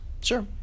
Sure